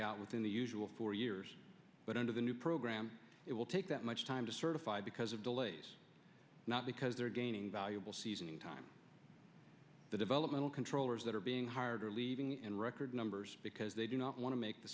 out within the usual four years but under the new program it will take that much time to certify because of delays not because they're gaining valuable seasoning time the developmental controllers that are being hired are leaving in record numbers because they do not want to make the